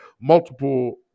multiple